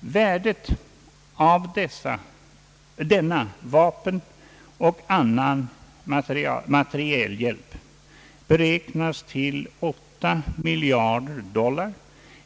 Värdet av denna hjälp med vapen och annan materiel beräknas till 8 miljarder dollar